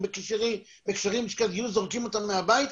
בקשרים עם לשכת הגיוס והם זורקים אותם מהבית,